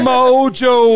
Mojo